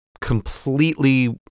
completely